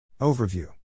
Overview